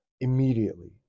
immediately